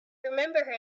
remember